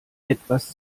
etwas